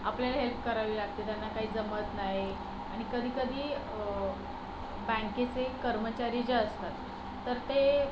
आपल्याला हेल्प करावी लागते त्यांना काही जमत नाही आणि कधीकधी बँकेचे कर्मचारी जे असतात तर ते